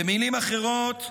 במילים אחרות: